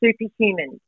superhuman